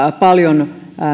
paljon